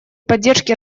поддержке